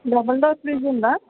double door fridge ఉందా